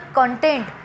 content